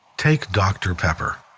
take dr. pepper.